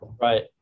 Right